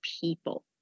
people